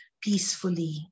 peacefully